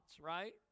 right